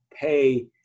pay